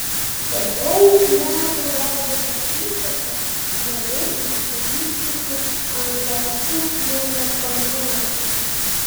po daug metų darbo kasyklose gali išsivystyti angliakasių pneumokoniozė